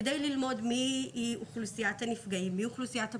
כדי ללמוד מיהי אוכלוסיית הנפגעים ומיהי אוכלוסיית הפוגעים,